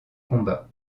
combats